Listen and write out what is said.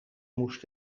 moest